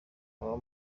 baba